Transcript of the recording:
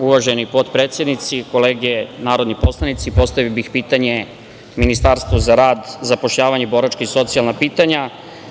Uvaženi potpredsednici, kolege narodni poslanici, postavio bih pitanje Ministarstvu za rad, zapošljavanje, boračka i socijalna pitanja,